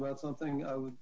about something i would